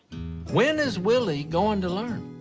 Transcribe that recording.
when is willie going to learn?